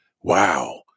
wow